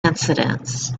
incidents